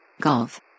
Golf